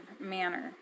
manner